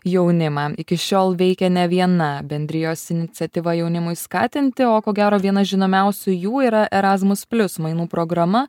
jaunimą iki šiol veikė ne viena bendrijos iniciatyva jaunimui skatinti o ko gero vienas žinomiausių jų yra erasmus plius mainų programa